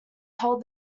held